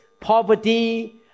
poverty